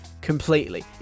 completely